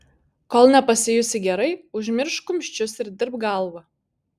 kol nepasijusi gerai užmiršk kumščius ir dirbk galva